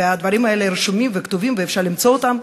והדברים האלה רשומים וכתובים ואפשר למצוא אותם,